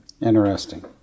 Interesting